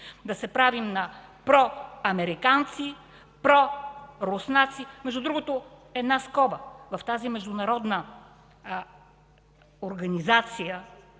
да се правим на проамериканци, проруснаци. Между другото една скоба – в тази международна организация,